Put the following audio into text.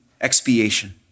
expiation